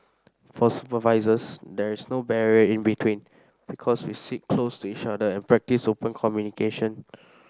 for supervisors there is no barrier in between because we sit close to each other and practice open communication